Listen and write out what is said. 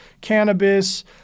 cannabis